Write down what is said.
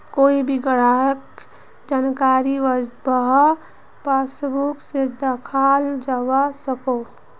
कोए भी ग्राहकेर जानकारी वहार पासबुक से दखाल जवा सकोह